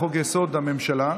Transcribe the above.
לחוק-יסוד: הממשלה,